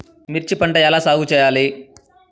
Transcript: మిర్చి పంట ఎలా సాగు చేయాలి?